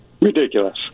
ridiculous